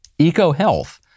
EcoHealth